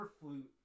Flute